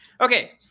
Okay